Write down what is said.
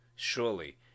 Surely